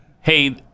Hey